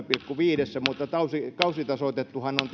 pilkku viidessä mutta kausitasoitettuhan on